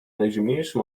najzimniejszy